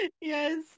Yes